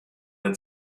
der